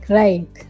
right